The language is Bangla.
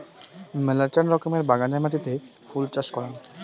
মেলাচান রকমের বাগানের মাটিতে ফুল চাষ করাং